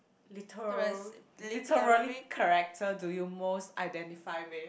liter~ literary character do you most identify with